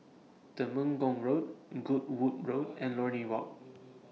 Temenggong Road Goodwood Road and Lornie Walk